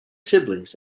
siblings